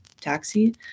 taxi